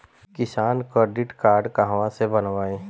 किसान credit card कहवा से बनवाई?